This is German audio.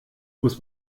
muss